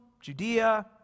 Judea